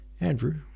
Andrew